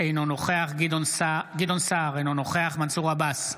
אינו נוכח גדעון סער, אינו נוכח מנסור עבאס,